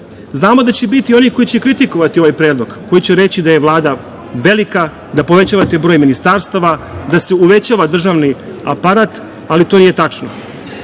da će biti i onih koji će kritikovati ovaj predlog, koji će reći da je Vlada velika, da povećavate broj ministarstava, da se uvećava državni aparat, ali to nije tačno.